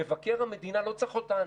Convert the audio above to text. מבקר המדינה לא צריך אותנו,